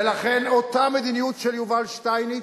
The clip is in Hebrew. ולכן, אותה מדיניות של יובל שטייניץ,